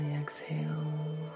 exhale